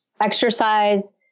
exercise